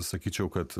sakyčiau kad